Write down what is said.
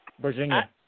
Virginia